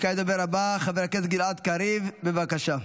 וכעת הדובר הבא, חבר הכנסת גלעד קריב, בבקשה.